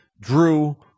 Drew